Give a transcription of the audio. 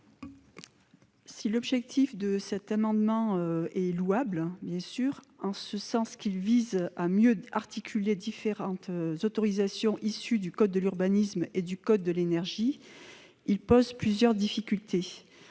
Si l'objectif de cet amendement est louable, puisqu'il vise à mieux articuler différentes autorisations issues du code de l'urbanisme et du code de l'énergie, il pose plusieurs difficultés.